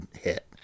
hit